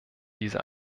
dieser